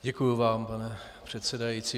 Děkuji vám, pane předsedající.